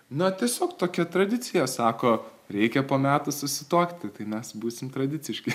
na tiesiog tokia tradicija sako reikia po metų susituokti tai mes būsim tradiciški